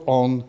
on